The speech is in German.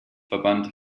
verband